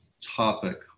topic